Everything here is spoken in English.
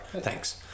Thanks